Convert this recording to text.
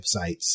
websites